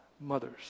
mothers